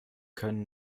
können